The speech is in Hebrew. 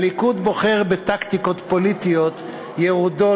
הליכוד בוחר בטקטיקות פוליטיות ירודות